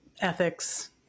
ethics